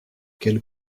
quelle